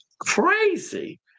crazy